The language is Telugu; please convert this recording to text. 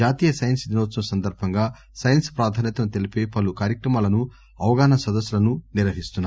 జాతీయ సైన్స్ దినోత్సవం సందర్బంగా సైన్స్ ప్రాధాన్యతను తెలిపే పలు కార్యక్రమాలనుఅవగాహనా సదస్పులను నిర్వహిస్తున్నారు